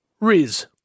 Riz